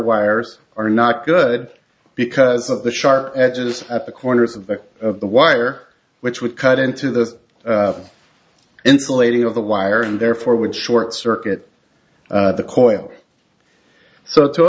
wires are not good because of the sharp edges at the corners of the wire which would cut into the insulating of the wire and therefore would short circuit the coil so to